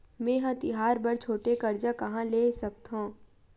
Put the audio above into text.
मेंहा तिहार बर छोटे कर्जा कहाँ ले सकथव?